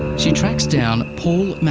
she tracks down paul